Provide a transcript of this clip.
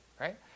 Right